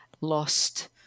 lost